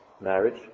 marriage